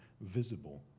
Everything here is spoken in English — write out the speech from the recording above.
visible